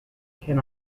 can